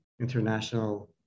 international